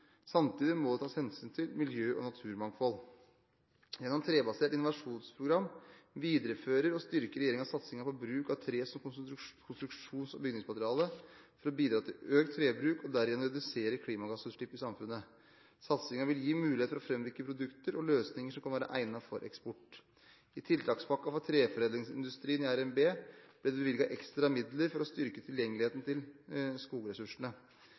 Samtidig må det tas hensyn til miljø- og naturmangfold. Gjennom trebasert innovasjonsprogram viderefører og styrker regjeringen satsingen på bruk av tre som konstruksjons- og bygningsmateriale for å bidra til økt trebruk og gjennom det redusere klimagassutslipp i samfunnet. Satsingen vil gi mulighet for å frambringe produkter og løsninger som kan være egnet for eksport. I tiltakspakken for treforedlingsindustrien i RNB – revidert nasjonalbudsjett – ble det bevilget ekstra midler for å styrke tilgjengeligheten til skogressursene.